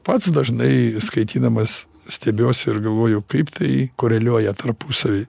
pats dažnai skaitydamas stebiuosi ir galvoju kaip tai koreliuoja tarpusavy